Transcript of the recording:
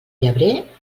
llebrer